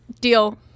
Deal